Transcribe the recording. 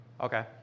Okay